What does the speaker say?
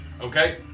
Okay